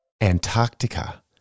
Antarctica